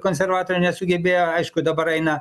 konservatoriai nesugebėjo aišku dabar eina